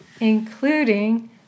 including